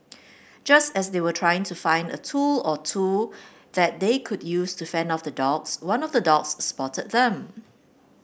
just as they were trying to find a tool or two that they could use to fend off the dogs one of the dogs spotted them